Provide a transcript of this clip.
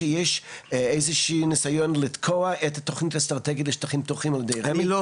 שיש איזה ניסיון לתקוע את התוכנית האסטרטגית לשטחים פתוחים על ידי רמ"י,